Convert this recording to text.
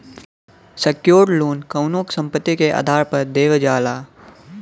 secured loan कउनो संपत्ति के आधार पर देवल जाला